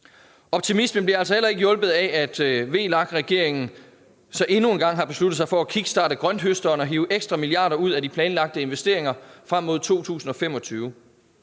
Optimismen bliver altså heller ikke hjulpet af, at VLAK-regeringen endnu en gang har besluttet sig for at kickstarte grønthøsteren og hive ekstra milliarder ud af de planlagte investeringer frem mod år 2025.